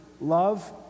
love